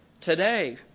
today